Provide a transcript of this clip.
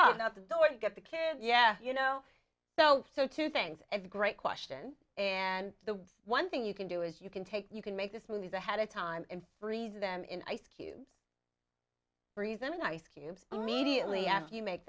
out the door you get the care yeah you know so so two things a great question and the one thing you can do is you can take you can make this movies ahead of time and freeze them in ice cubes reason and ice cubes immediately ask you make